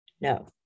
No